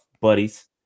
buddies